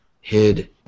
hid